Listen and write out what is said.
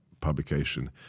publication